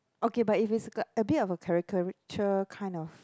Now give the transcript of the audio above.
okay but if it's like a a bit of a caricature kind of